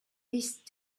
these